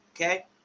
Okay